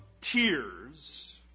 tears